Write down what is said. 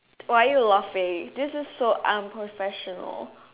or are you laughing this is so unprofessional